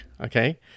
okay